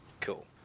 Cool